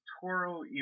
Toro